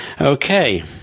Okay